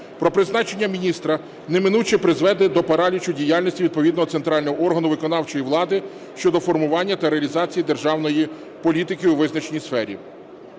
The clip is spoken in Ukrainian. про призначення міністра неминуче призведе до паралічу діяльності відповідного центрального органу виконавчої влади щодо формування та реалізації державної політики у визначеній сфері.